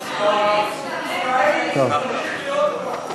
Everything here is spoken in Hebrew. למה בקיץ צריך להיות קפוא?